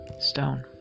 stone